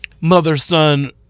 mother-son